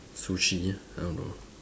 sushi I don't know